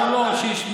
לא, לא, שישמעו.